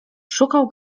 szukał